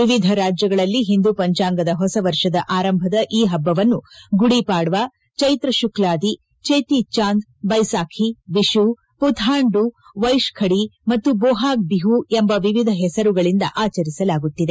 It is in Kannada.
ವಿವಿಧ ರಾಜ್ಯಗಳಲ್ಲಿ ಹಿಂದು ಪಂಚಾಂಗದ ಹೊಸ ವರ್ಷದ ಆರಂಭದ ಈ ಹಬ್ಬವನ್ನು ಗುಡಿ ಪಾಡವಾ ಚೈತ್ರ ಶುಕ್ಲಾದಿ ಚೇತಿ ಚಾಂದ್ ಬೈಸಾಖಿ ವಿಷು ಪುಥಾಂಡು ವೈಶ್ಖಡಿ ಮತ್ತು ಬೋಹಾಗ್ ಬಿಹು ಎಂಬ ವಿವಿಧ ಹೆಸರುಗಳಿಂದ ಆಚರಿಸಲಾಗುತ್ತಿದೆ